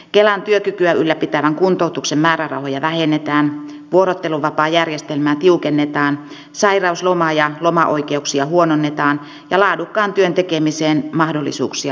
kelan työkykyä ylläpitävän kuntoutuksen määrärahoja vähennetään vuorotteluvapaajärjestelmää tiukennetaan sairausloma ja loma oikeuksia huononnetaan ja laadukkaan työn tekemisen mahdollisuuksia heikennetään